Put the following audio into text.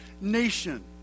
nation